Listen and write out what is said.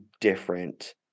different